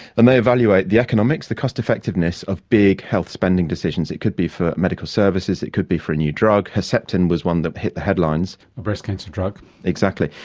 and they evaluate the economics, the cost effectiveness of big health spending decisions. it could be for medical services, it could be for a new drug. herceptin was one that hit the headlines. a breast cancer drug. exactly.